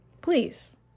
Please